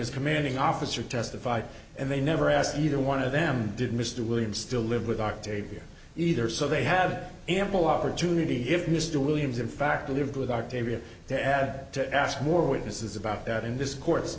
his commanding officer testified and they never asked either one of them did mr williams still live with octavia either so they have ample opportunity if mr williams in fact lived with octavia to add to ask more witnesses about that in this cour